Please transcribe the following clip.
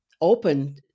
open